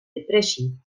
depressie